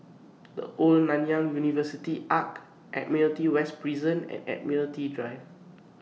The Old Nanyang University Arch Admiralty West Prison and Admiralty Drive